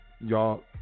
Y'all